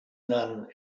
none